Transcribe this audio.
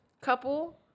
couple